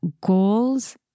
goals